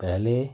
पहले